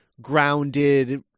grounded